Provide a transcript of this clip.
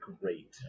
great